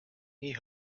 nii